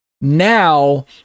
Now